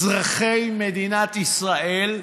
אזרחי מדינת ישראל.